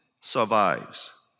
survives